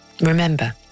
Remember